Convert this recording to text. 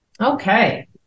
okay